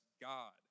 God